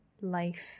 life